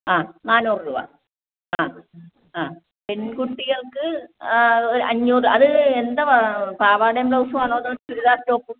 ആ നാനൂറ് രൂപ ആ ആ പെൺകുട്ടികൾക്ക് അഞ്ഞൂറ് അത് എന്തുവാ പാവാടയും ബ്ളൗസുമാണോ അതോ ചുരിദാർ ടോപ്പും